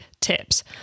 tips